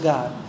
God